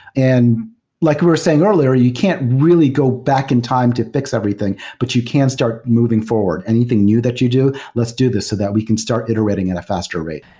and like we were saying earlier, you can't really go back in time to f ix everything, but you can start moving forward. anything new that you do, let's do this so that we can start iterating at a faster rate.